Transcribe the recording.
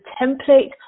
template